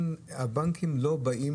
הבנקים לא באים